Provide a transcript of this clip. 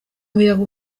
muyaga